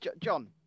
John